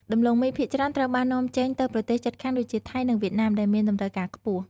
ដំឡូងមីភាគច្រើនត្រូវបាននាំចេញទៅប្រទេសជិតខាងដូចជា ថៃ និង វៀតណាម ដែលមានតម្រូវការខ្ពស់។